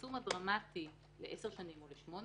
הצמצום הדרמטי לעשר שנים או לשמונה